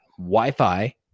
wi-fi